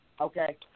Okay